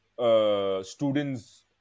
Students